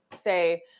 say